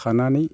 खानानै